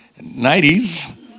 90s